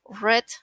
red